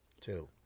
Two